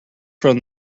from